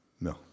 No